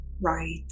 right